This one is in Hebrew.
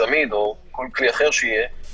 צמיד או כלי אחר שיהיה,